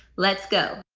let's go.